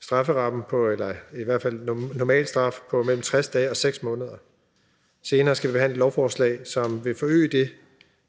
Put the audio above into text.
strafferamme på i hvert fald en normalstraf på mellem 60 dage og 6 måneder. Senere skal vi behandle et lovforslag, som vil forøge det